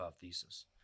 thesis